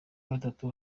gatatu